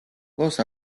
ლოს